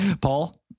paul